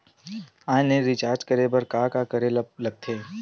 Online recharge करे बर का का करे ल लगथे?